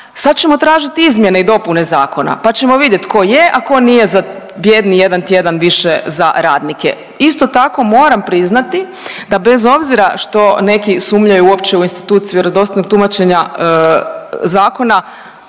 Sad ćemo tražiti izmjene i dopune zakona, pa ćemo vidjeti tko je, a tko nije za bijedni jedan tjedan više za radnike. Isto tako moram priznati da bez obzira što neki sumnjaju uopće u institut vjerodostojnog tumačenja zakona